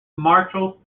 marshal